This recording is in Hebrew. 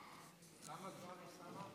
כמה זמן יש לו?